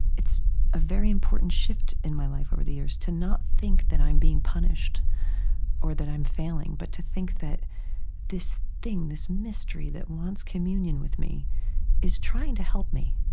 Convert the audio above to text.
it's a very important shift in my life over the years to not think that i'm being punished or that i'm failing, but to think that this thing, this mystery that wants communion with me is trying to help me.